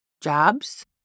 jobs